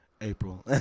April